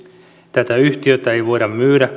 tätä yhtiötä ei voida myydä